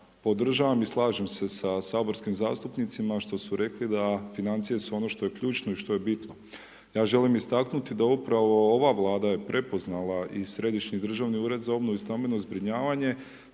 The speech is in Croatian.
podržavam i slažem se sa saborskim zastupnicima što su rekli da financije su ono što je ključno i što je bitno. Ja želim istaknuti da upravo ova Vlada je prepoznala i Središnji državni ured za obnovu i stambeno zbrinjavanje,